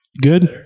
good